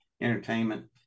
entertainment